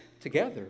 together